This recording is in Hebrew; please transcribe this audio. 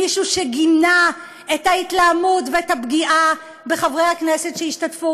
מישהו שגינה את ההתלהמות ואת הפגיעה בחברי הכנסת שהשתתפו,